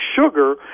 sugar